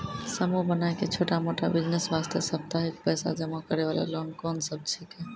समूह बनाय के छोटा मोटा बिज़नेस वास्ते साप्ताहिक पैसा जमा करे वाला लोन कोंन सब छीके?